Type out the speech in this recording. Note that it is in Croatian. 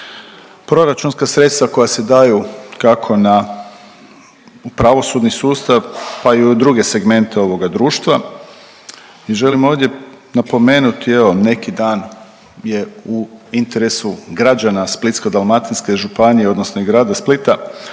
proračunska sredstva koja se daju kako na pravosudni sustav, pa i u druge segmente ovoga društva. I želim ovdje napomenuti, evo neki dan je u interesu građana Splitsko-dalmatinske županije odnosno i grada Splita